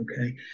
Okay